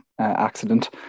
accident